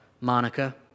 Monica